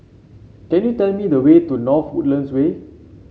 can you tell me the way to North Woodlands Way